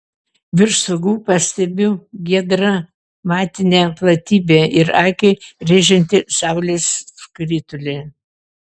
virš stogų pastebiu giedrą matinę platybę ir akį rėžiantį saulės skritulį